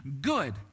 good